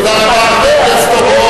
תודה רבה, חבר הכנסת אורון.